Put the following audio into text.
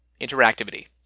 interactivity